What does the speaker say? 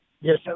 Yes